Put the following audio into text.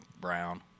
brown